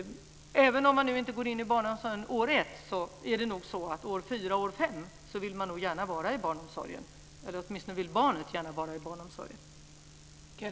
Även om man inte går in i barnomsorgen under år 1, vill man nog år 4 och 5 gärna vara i barnomsorgen. Åtminstone vill barnet gärna vara i barnomsorgen.